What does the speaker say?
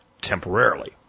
temporarily